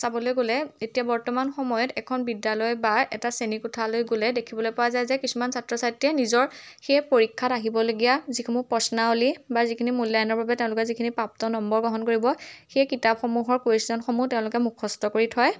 চাবলৈ গ'লে এতিয়া বৰ্তমান সময়ত এখন বিদ্যালয় বা এটা শ্ৰেণীকোঠালৈ গ'লে দেখিবলৈ পোৱা যায় যে কিছুমান ছাত্ৰ ছাত্ৰীয়ে নিজৰ সেই পৰীক্ষাত আহিবলগীয়া যিসমূহ প্ৰশ্নাৱলী বা যিখিনি মূল্যায়নৰ বাবে তেওঁলোকে যিখিনি প্ৰাপ্ত নম্বৰ গ্ৰহণ কৰিব সেই কিতাপসমূহৰ কোৱেচনসমূহ তেওঁলোকে মুখস্থ কৰি থয়